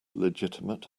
legitimate